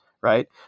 right